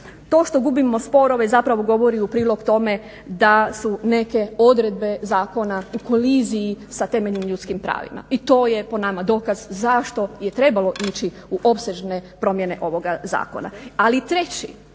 to što gubimo sporove zapravo govori u prilog tome da su neke odredbe zakona u koliziji sa temeljnim ljudskim pravima i to je po nama dokaz zašto je trebalo ići u opsežne promjene ovoga zakona.